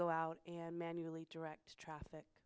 go out and manually direct traffic